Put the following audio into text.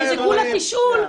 וזה כולה תשאול,